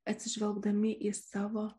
atsižvelgdami į savo